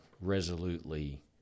resolutely